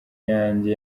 yanjye